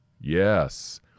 yes